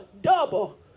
Double